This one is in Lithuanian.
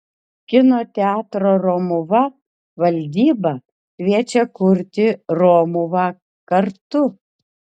kino teatro romuva valdyba kviečia kurti romuvą kartu